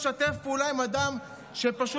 איך אתה יכול לשתף פעולה עם אדם שפשוט